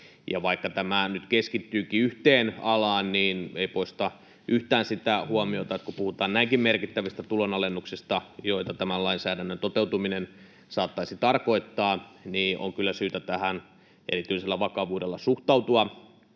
Vaikka tämä nyt keskittyykin yhteen alaan, niin ei se poista yhtään sitä huomiota, että kun puhutaan näinkin merkittävistä tulonalennuksista, joita tämän lainsäädännön toteutuminen saattaisi tarkoittaa, niin kyllä tähän on syytä erityisellä vakavuudella suhtautua,